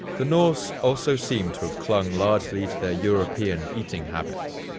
the norse also seemed to have clung largely to their european eating habits.